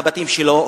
מהבתים שלו,